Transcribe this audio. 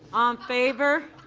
um favor.